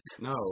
No